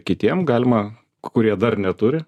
kitiem galima kurie dar neturi